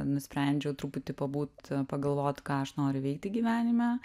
nusprendžiau truputį pabūt pagalvot ką aš noriu veikti gyvenime